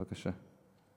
בבקשה.